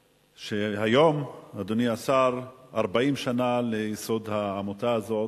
שהיום, אדוני השר, זה 40 שנה לייסוד העמותה הזאת,